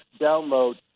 download